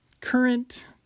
current